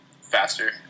faster